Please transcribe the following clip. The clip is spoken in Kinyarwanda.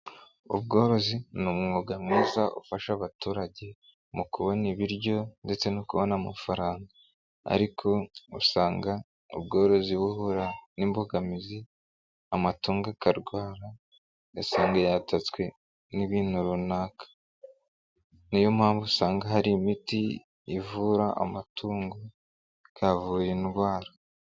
Ubworozi ni umwuga mwiza ufasha abaturage mu kubona ibiryo ndetse no kubona amafaranga. Ariko usanga ubworozi buhura n'imbogamizi, amatunda akarwara ugasanga yatatswe n'ibintu runaka. Niyo mpamvu usanga hari imiti ivura amatungo, ikavura indwara.